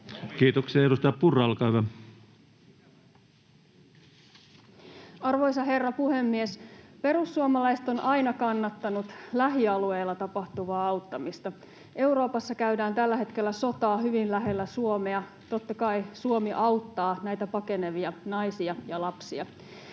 Kiitoksia. — Edustaja Purra, olkaa hyvä. Arvoisa herra puhemies! Perussuomalaiset ovat aina kannattaneet lähialueilla tapahtuvaa auttamista. Euroopassa käydään tällä hetkellä sotaa hyvin lähellä Suomea. Totta kai Suomi auttaa näitä pakenevia naisia ja lapsia.